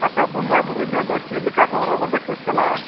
ᱟᱪᱪᱷᱟ ᱵᱚᱸᱜᱟ ᱵᱳᱨᱳ ᱡᱚᱦᱚᱜ ᱫᱚ ᱪᱮᱫ ᱞᱮᱠᱟ ᱠᱚ ᱦᱚᱨᱚᱜ ᱵᱟᱸᱫᱮ ᱠᱚ ᱪᱟᱞᱟᱜᱼᱟ